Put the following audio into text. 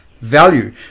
value